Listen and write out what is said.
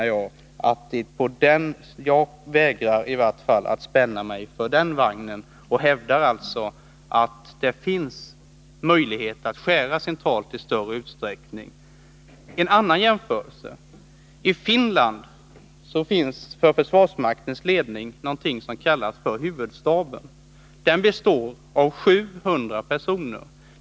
Jag vägrar i varje fall att spänna mig för den vagnen. Jag hävdar att det finns möjligheter att i större utsträckning skära ned de centrala myndigheterna. En annan jämförelse: I Finland finns någonting som kallas för huvudstaben för försvarsmaktens ledning. Den består av 700 personer.